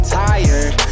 tired